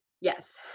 Yes